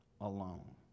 alone